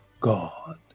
God